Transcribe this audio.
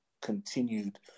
continued